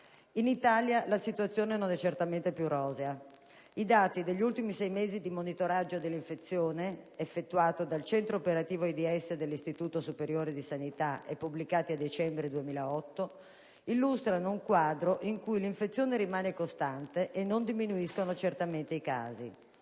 in Italia non è certamente più rosea: i dati degli ultimi sei mesi di monitoraggio dell'infezione effettuato dal Centro Operativo AIDS dell'Istituto superiore di sanità (COA) e pubblicati a dicembre 2008 illustrano un quadro in cui l'infezione rimane costante e non diminuiscono certamente i casi.